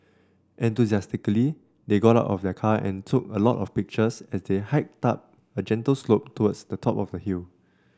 enthusiastically they got out of the car and took a lot of pictures as they hiked up a gentle slope towards the top of the hill